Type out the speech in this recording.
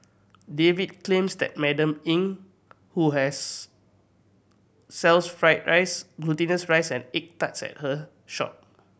David claims that Madam Eng who has sells fried rice glutinous rice and egg tarts at her shop